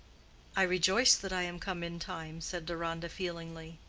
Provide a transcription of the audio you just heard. i rejoice that i am come in time, said deronda, feelingly.